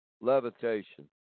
Levitation